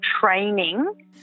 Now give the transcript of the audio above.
training